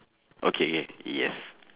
okay K yes